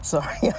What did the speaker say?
Sorry